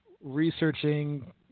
researching